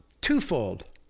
Twofold